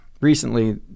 recently